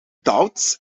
doubts